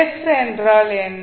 s என்றால் என்ன